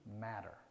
matter